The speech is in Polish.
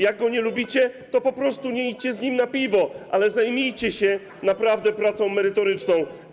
Jak go nie lubicie, to nie idźcie z nim na piwo, ale zajmijcie się naprawdę pracą merytoryczną.